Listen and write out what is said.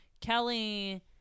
Kelly